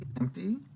empty